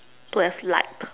to have light